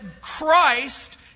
Christ